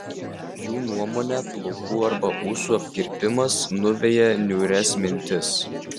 jų nuomone plaukų arba ūsų apkirpimas nuveja niūrias mintis